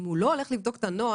אם הוא לא הולך לבדוק את הנוהל,